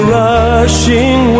rushing